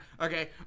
Okay